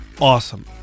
awesome